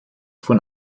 von